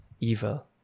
evil